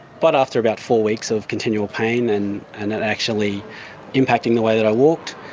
but after about four weeks of continual pain and and it actually impacting the way that i walked,